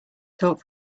talk